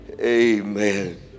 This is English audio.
amen